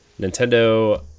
Nintendo